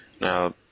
Now